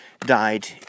died